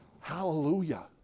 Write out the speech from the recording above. hallelujah